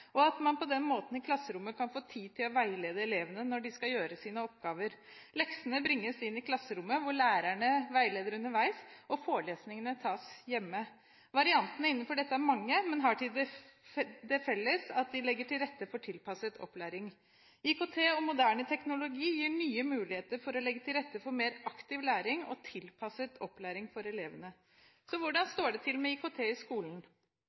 og at man på den måten kan få tid til å veilede elevene i klasserommet når de skal gjøre sine oppgaver. Leksene bringes inn i klasserommet, hvor lærerne veileder underveis, og forelesningene tas hjemme. Variantene innenfor dette er mange, men har det til felles at de legger til rette for tilpasset opplæring. IKT og moderne teknologi gir nye muligheter for å legge til rette for mer aktiv læring og tilpasset opplæring for elevene. Så hvordan står det til med IKT i skolen?